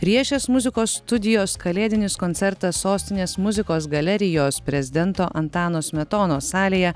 riešės muzikos studijos kalėdinis koncertas sostinės muzikos galerijos prezidento antano smetonos salėje